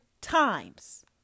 times